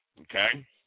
Okay